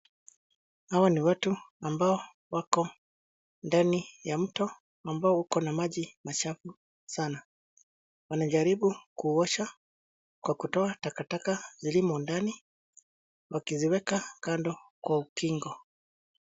Hawa ni watu amabao wako ndani ya mto, ambao ukona maji machafu sana. Wanajaribu kuuosha kwa kutoa takataka zilimo ndani ,wakiziweka kando kwa ukingo.